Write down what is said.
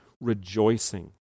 rejoicing